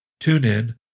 TuneIn